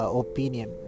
opinion